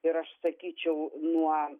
ir aš sakyčiau nuo